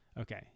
Okay